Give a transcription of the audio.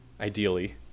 ideally